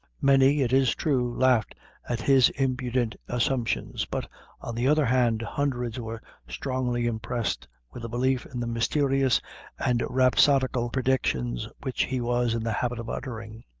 many, it is true, laughed at his impudent assumptions, but on the other hand, hundreds were strongly impressed with a belief in the mysterious and rhapsodical predictions which he was in the habit of uttering.